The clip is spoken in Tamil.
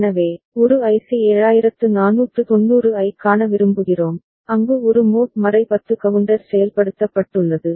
எனவே ஒரு ஐசி 7490 ஐக் காண விரும்புகிறோம் அங்கு ஒரு மோட் 10 கவுண்டர் செயல்படுத்தப்பட்டுள்ளது